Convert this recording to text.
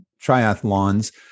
triathlons